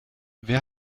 wer